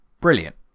brilliant